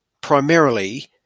primarily